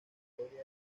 historia